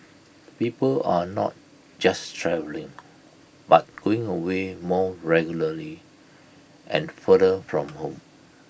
people are not just travelling but going away more regularly and farther from home